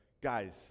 guys